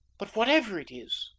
but whatever it is,